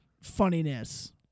funniness